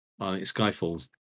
Skyfall's